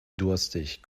durstig